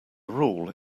rule